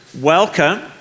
Welcome